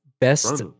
Best